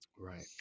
Right